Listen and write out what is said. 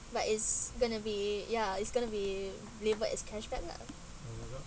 but it's going to be ya it's going be label as cashback lah